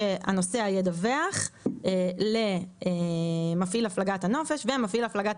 שיצטרך לדווח למפעיל הפלגת הנופש ומפעיל הפלגת